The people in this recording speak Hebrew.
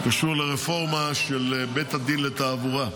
שקשור לרפורמה של בית הדין לתעבורה.